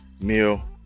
meal